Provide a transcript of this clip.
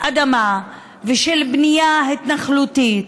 אדמה ושל בנייה התנחלותית,